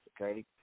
okay